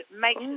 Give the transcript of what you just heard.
make